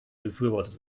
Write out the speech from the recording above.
befürwortet